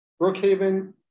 Brookhaven